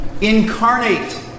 incarnate